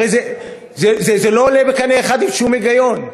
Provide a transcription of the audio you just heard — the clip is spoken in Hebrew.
הרי זה לא עולה בקנה אחד עם שום היגיון.